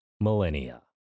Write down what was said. millennia